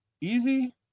easy